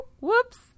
whoops